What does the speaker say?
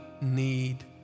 need